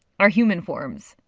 our human forms.